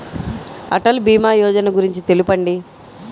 అటల్ భీమా యోజన గురించి తెలుపండి?